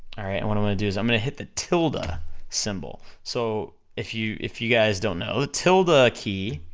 alright, and what i'm gonna do is i'm gonna hit the tilde ah symbol, so if you, if you guys don't know, the tilde ah key,